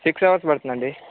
six hours పడుతుంది అండి